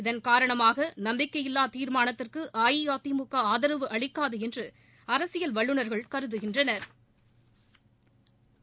இதன் காரணமாக நம்பிக்கையில்லா தீர்மானத்துக்கு அஇஅதிமுக ஆதரவு அளக்காது என்று அரசியல் வல்லுநா்கள் கருதுகின்றனா்